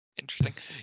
interesting